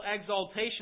exaltation